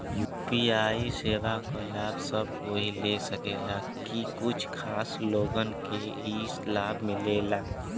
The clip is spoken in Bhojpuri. यू.पी.आई सेवा क लाभ सब कोई ले सकेला की कुछ खास लोगन के ई लाभ मिलेला?